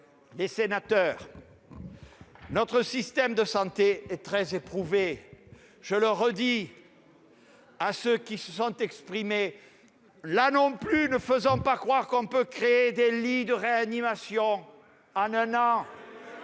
les sénateurs, le système de santé est très éprouvé. Je le redis à ceux qui se sont exprimés : là non plus, ne faisons pas croire qu'on peut créer des lits de réanimation en un an